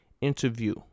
Interview